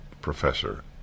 professor